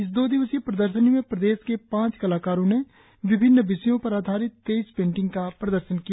इस दो दिवसीय प्रदर्शनी में प्रदेश के पांच कलाकारों ने विभिन्न विषयों पर आधारित तेईस पेंटिंग का प्रदर्शन किया